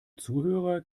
zuhörer